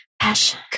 Passion